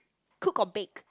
cook or bake